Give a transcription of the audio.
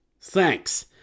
Thanks